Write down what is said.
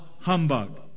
humbug